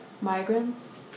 migrants